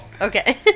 Okay